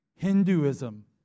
Hinduism